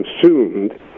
consumed